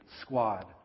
squad